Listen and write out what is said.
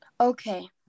Okay